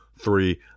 three